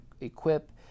equip